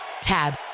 TAB